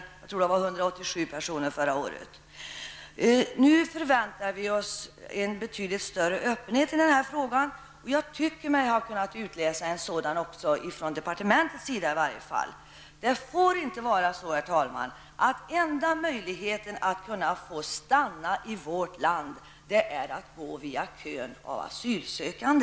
Jag tror att det endast var 187 personer förra året. Nu förväntar vi oss en betydligt större öppenhet i denna fråga. Jag tycker mig ha kunnat utläsa en sådan åtminstone från departementets sida. Det får inte vara så, herr talman, att den enda möjligheten att få stanna i Sverige skall vara att gå via kön av asylsökande!